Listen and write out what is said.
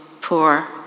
poor